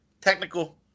Technical